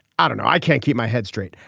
i don't know. i can't keep my head straight.